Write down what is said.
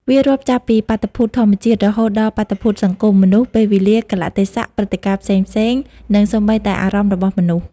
វារាប់ចាប់ពីបាតុភូតធម្មជាតិ រហូតដល់បាតុភូតសង្គម មនុស្ស ពេលវេលា កាលៈទេសៈ ព្រឹត្តិការណ៍ផ្សេងៗ និងសូម្បីតែអារម្មណ៍របស់មនុស្ស។